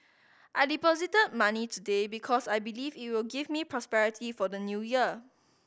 I deposited money today because I believe it will give me prosperity for the New Year